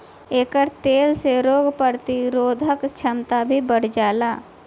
एकर तेल से रोग प्रतिरोधक क्षमता भी बढ़ेला